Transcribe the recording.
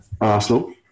Arsenal